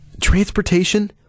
Transportation